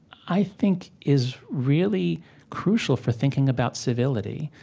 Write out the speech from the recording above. i think, is really crucial for thinking about civility,